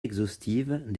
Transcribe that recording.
exhaustive